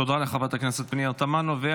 תודה לחברת הכנסת פנינה תמנו.